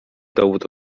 dowód